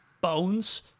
bones